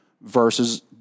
versus